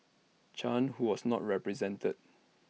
chan who was not represented